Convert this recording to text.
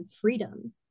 freedom